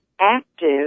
active